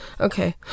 Okay